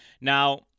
now